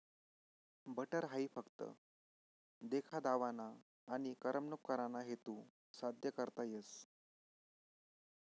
butter हाई फक्त देखा दावाना आनी करमणूक कराना हेतू साद्य करता येस